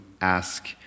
ask